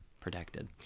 protected